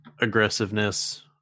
aggressiveness